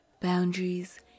boundaries